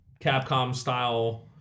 Capcom-style